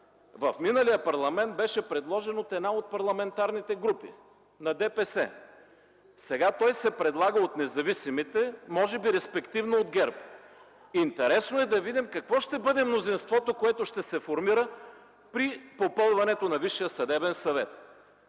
в миналия парламент беше предложен от една от парламентарните групи – на ДПС. Сега той се предлага от независимите, може би респективно от ГЕРБ. Интересно е да видим какво ще бъде мнозинството, което ще се формира при попълването на Висшия съдебен съвет.